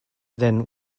then